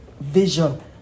vision